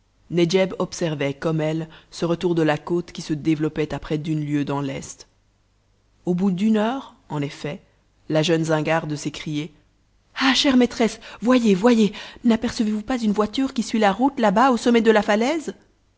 observait comme elle ce retour de la côte qui se développait à près d'une lieue dans l'est au bout d'une heure en effet la jeune zingare de s'écrier ah chère maîtresse voyez voyez n'apercevez-vous pas une voiture qui suit la route là-bas au sommet de la falaise